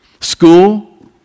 School